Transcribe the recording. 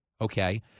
okay